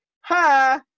hi